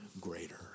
greater